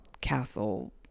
castle